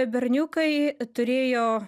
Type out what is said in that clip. berniukai turėjo